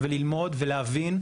וללמוד ולהבין,